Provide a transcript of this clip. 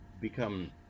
become